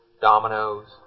dominoes